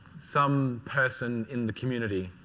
some person in the community.